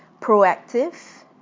proactive